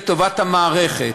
לטובת המערכת,